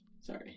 Sorry